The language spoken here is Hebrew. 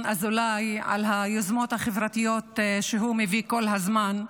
אזולאי על היוזמות החברתיות שהוא מביא כל הזמן.